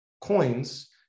coins